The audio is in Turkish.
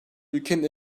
ülkenin